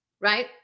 right